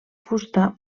fusta